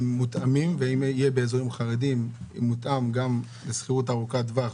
מותאמים ואם יהיה באזורים חרדים אם מותאם גם לשכירות ארוכת טווח,